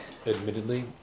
Admittedly